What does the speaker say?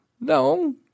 No